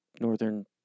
northern